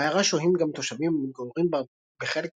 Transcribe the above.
בעיירה שוהים גם תושבים המתגוררים בה בחלק מהשנה,